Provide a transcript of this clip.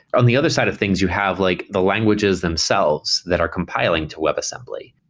on the other side of things, you have like the languages themselves that are compiling to webassembly,